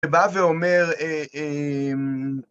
בא ואומר